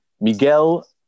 Miguel